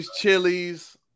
chilies